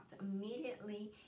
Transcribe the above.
Immediately